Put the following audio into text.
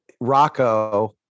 Rocco